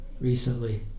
recently